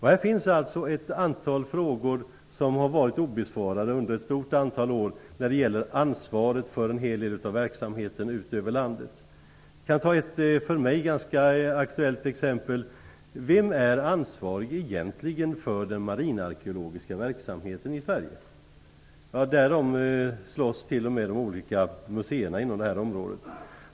Här finns alltså ett antal frågor som har varit obesvarade under många år när det gäller ansvaret för en hel del av verksamheten ut över landet. Jag kan ta ett för mig ganska aktuellt exempel. Vem är egentligen ansvarig för den marinarkeologiska verksamheten i Sverige? Därom slåss t.o.m. olika museer inom det här området.